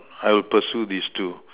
I'll pursue this two